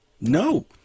No